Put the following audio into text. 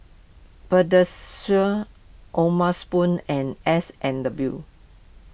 Pediasure O'ma Spoon and S and W